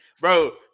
bro